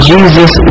Jesus